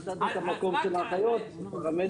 כשנתת את המקום של האחיות, הפרמדיקים לא היו.